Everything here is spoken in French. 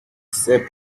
c’est